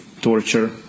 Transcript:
torture